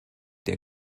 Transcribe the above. der